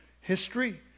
history